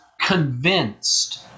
convinced